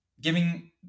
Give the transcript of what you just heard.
giving